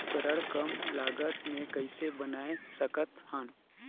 उपकरण कम लागत मे कइसे बनाय सकत हन?